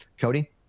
Cody